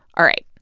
all right.